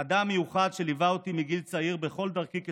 אדם מיוחד שליווה אותי מגיל צעיר בכל דרכי כשחיין.